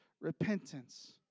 repentance